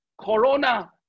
Corona